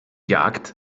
jagd